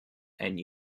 and